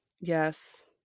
Yes